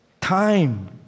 time